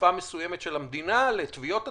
חשיפה מסוימת של המדינה לתביעות עתידיות?